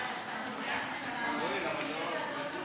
ההצעה להעביר את הצעת